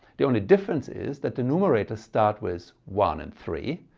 the only difference is that the numerators start with one and three,